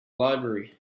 library